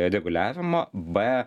reguliavimo b